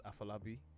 Afalabi